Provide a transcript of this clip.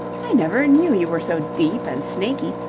i never knew you were so deep and snaky.